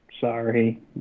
sorry